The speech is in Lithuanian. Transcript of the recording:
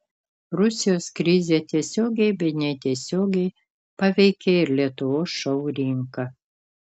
rusijos krizė tiesiogiai bei netiesiogiai paveikė ir lietuvos šou rinką